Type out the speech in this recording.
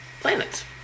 planets